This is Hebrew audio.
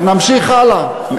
נמשיך הלאה.